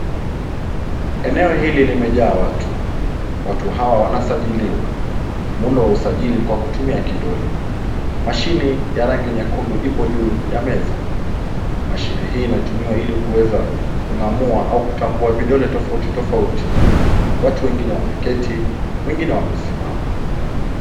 Eneo hili limejaa watu. Watu hawa wanasajiliwa. Muundo wa usajili ni kwa kutumia kidole. Mashini ya rangi nyekundu ipo juu ya meza. Mashine hii inatumiwa ili kuweza kung'amua au kutambua vidole tofauti tofauti. Watu wengine wameketi, wengine wamesimama.